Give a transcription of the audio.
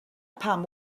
pam